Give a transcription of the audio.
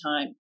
time